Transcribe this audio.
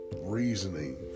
reasoning